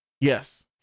yes